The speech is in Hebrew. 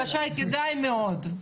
רשאי, כדאי, מאוד.